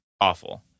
Awful